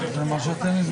י"ב